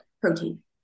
protein